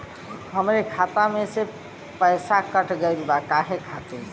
हमरे खाता में से पैसाकट गइल बा काहे खातिर?